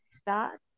start